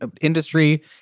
industry